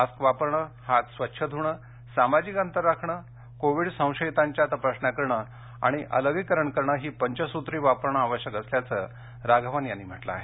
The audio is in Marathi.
मास्क वापरणे हात स्वच्छ धूणे सामाजिक अंतर राखणे कोविड संशयितांच्या तपासण्या करणे आणि अलगीकरण करणे ही पंचसूत्री वापरणं आवश्यक असल्याचं राघवन यांनी म्हटलं आहे